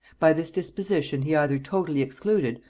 by this disposition he either totally excluded,